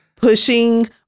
pushing